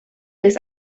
des